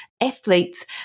athletes